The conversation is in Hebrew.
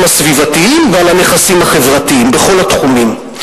הסביבתיים ועל הנכסים החברתיים בכל התחומים.